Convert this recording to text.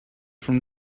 from